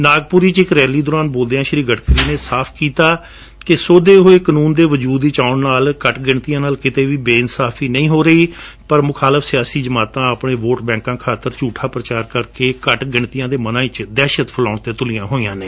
ਨਾਗਪੁਰ ਵਿਚ ਇਕ ਰੇਲੀ ਦੌਰਾਨ ਬੋਲਦਿਆਂ ਸ੍ਜੀ ਗਡਕਰੀ ਨੇ ਸਾਫ ਕੀਤਾ ਕਿ ਸੋਧੇ ਹੋਏ ਕਾਨ੍ਨੰਨ ਦੇ ਵਜੁਦ ਵਿੱਚ ਆਉਣ ਨਾਲ ਘੱਟ ਗਿਣਤੀਆਂ ਨਾਲ ਕਿਤੇ ਵੀ ਬੇ ਇੰਸਾਫੀ ਨਹੀ ਹੋ ਰਹੀ ਪਰ ਮੁਖਾਲਫ ਸਿਆਸੀ ਜਮਾਤਾਂ ਆਪਣੇ ਵੋਟ ਬੈਂਕਾਂ ਖਾਤਰ ਝੁਠਾ ਪ੍ਰਚਾਰ ਕਰਕੇ ਘੱਟ ਗਿਣਤੀਆਂ ਦੇ ਮਨਾਂ ਵਿਚ ਦਹਿਸ਼ਤ ਫੈਲਾਉਣ ਤੇ ੜੁਲੀਆਂ ਹੋਈਆਂ ਨੇ